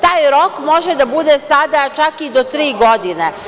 Taj rok može da bude sada čak i do tri godine.